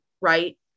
right